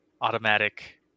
automatic